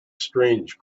strange